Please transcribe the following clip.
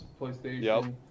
PlayStation